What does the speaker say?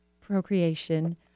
procreation